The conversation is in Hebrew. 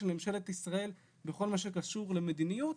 של ממשלת ישראל בכל מה שקשור למדיניות,